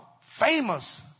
famous